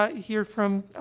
um hear from,